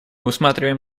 усматриваем